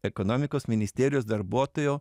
ekonomikos ministerijos darbuotojo